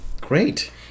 Great